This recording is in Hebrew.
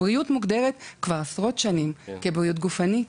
הבריאות מוגדרת מזה עשרות שנים, כגופנית,